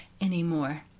anymore